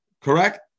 Correct